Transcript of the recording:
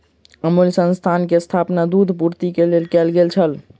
अमूल संस्थान के स्थापना दूध पूर्ति के लेल कयल गेल छल